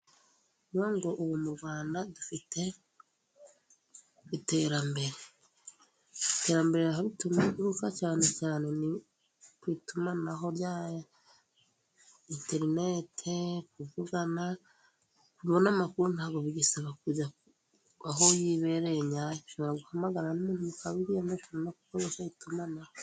Ni ikuvuga ngo ubu mu Rwanda dufite iterambere, iterambere aho rituruka cyane cyane ni ku itumanaho rya interinete, kuvugana, kubona amakuru ntabwo bigisaba kujya, aho wibereye ushobora guhamagara n'umuntu ukabona amakuru ukoresheje itumanaho.